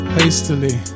hastily